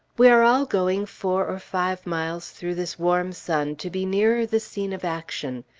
we are all going four or five miles through this warm sun to be nearer the scene of action.